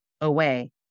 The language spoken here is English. away